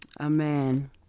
Amen